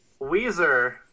Weezer